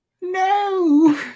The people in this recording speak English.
No